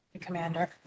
Commander